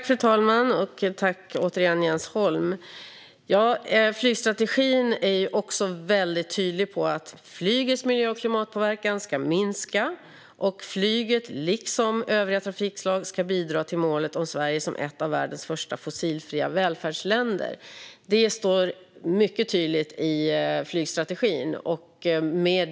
Fru talman! Tack återigen, Jens Holm! Flygstrategin är väldigt tydlig med att flygets miljö och klimatpåverkan ska minska och flyget liksom övriga trafikslag ska bidra till målet om Sverige som ett av världens första fossilfria välfärdsländer. Det står mycket tydligt i flygstrategin.